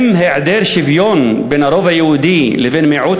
האם גם היעדר שוויון בין הרוב היהודי לבין מיעוט